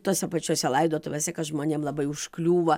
tose pačiose laidotuvėse kas žmonėm labai užkliūva